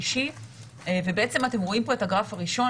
אבל בואו,